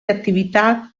attività